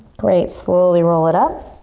great, slowly roll it up.